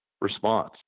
response